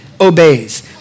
obeys